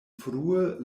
frue